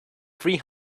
three